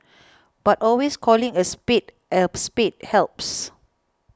but always calling a spade a spade helps